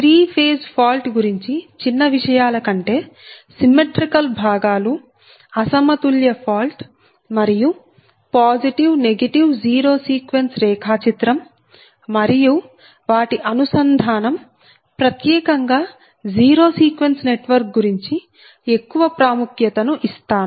three phase fault గురించి చిన్న విషయాల కంటే సిమ్మెట్రీకల్ భాగాలు అసమతుల్య ఫాల్ట్ మరియు పాజిటివ్ నెగటివ్ జీరో సీక్వెన్స్ రేఖా చిత్రం మరియు వాటి అనుసంధానం ప్రత్యేకంగా జీరో సీక్వెన్స్ నెట్వర్క్ గురించి ఎక్కువ ప్రాముఖ్యత ను ఇస్తాను